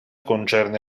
concerne